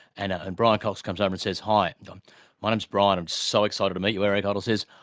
and ah and brian cox comes up and says, hi, and um my name's brian, i'm so excited to meet you. eric idle says,